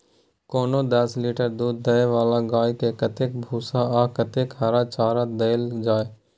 कोनो दस लीटर दूध दै वाला गाय के कतेक भूसा आ कतेक हरा चारा देल जाय?